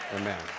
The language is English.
Amen